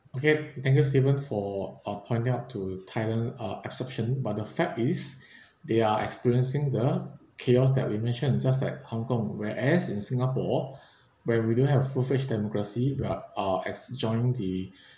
okay thank you stephen for uh pointing up to thailand uh exception but the fact is they are experiencing the chaos that we mentioned just like hong kong whereas in singapore where we don't have a full-fledged democracy we are uh as join the